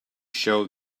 show